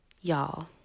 y'all